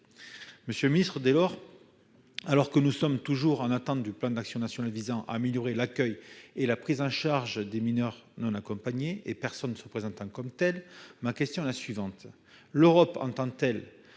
monsieur le ministre, alors que nous sommes toujours en attente du plan d'action national visant à améliorer l'accueil et la prise en charge des mineurs non accompagnés et des personnes se présentant comme tels, mes questions sont les suivantes : l'Europe entend-elle